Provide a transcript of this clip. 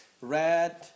red